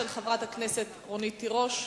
של חברת הכנסת רונית תירוש.